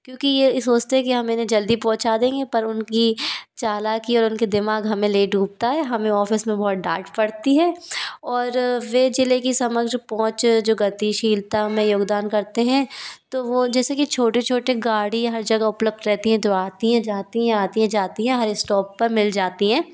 क्योंकि ये सोचते हैं कि हम इन्हें जल्दी पहुँचा देंगे पर उनकी चालाकी और उनके दिमाग हमें ले डूबता है हमें ऑफिस में बहुत डांट पड़ती है और वे जिले की पहुँच जो गतिशीलता में योगदान करते हैं तो वो जैसे कि छोटे छोटे गाड़ी हर जगह उपलब्ध रहती हैं जो आती हैं जाती हैं आती है जाती हैं हर इस्टॉप पे मिल जाती हैं